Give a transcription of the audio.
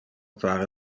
pare